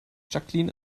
jacqueline